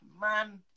man